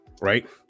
right